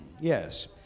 Yes